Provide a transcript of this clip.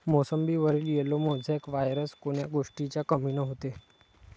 मोसंबीवर yellow mosaic virus कोन्या गोष्टीच्या कमीनं होते?